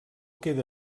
queda